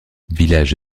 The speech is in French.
village